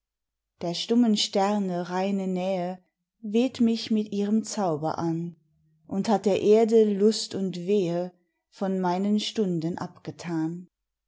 der stummen sterne reine nähe weht mich mit ihrem zauber an und hat der erde lust und wehe von meinen stunden abgetan